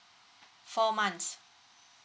four months